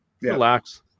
Relax